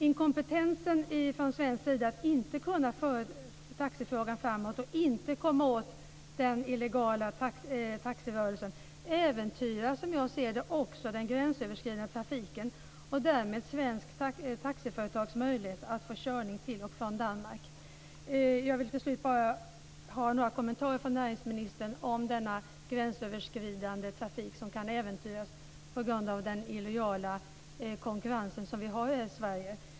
Inkompetensen från svensk sida att kunna föra denna fråga framåt och komma åt den illegala taxirörelsen äventyrar, som jag ser det, också den gränsöverskridande trafiken och därmed svenska taxiföretags möjligheter att få körning till och från Danmark. Slutligen skulle jag vilja ha några kommentarer från näringsministern om denna gränsöverskridande trafik som kan äventyras på grund av den illojala konkurrens som vi har i Sverige.